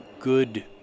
good